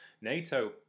Nato